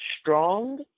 strong